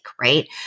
right